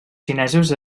xinesos